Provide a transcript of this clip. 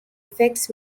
effects